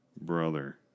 brother